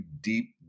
deep